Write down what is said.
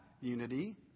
unity